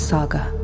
Saga